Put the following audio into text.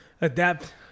adapt